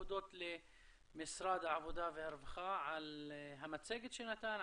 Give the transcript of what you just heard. להודות למשרד העבודה והרווחה על המצגת שנתן,